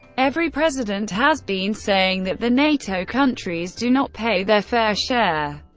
every president has been saying that the nato countries do not pay their fair share.